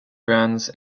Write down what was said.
brands